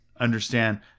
Understand